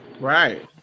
Right